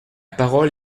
parole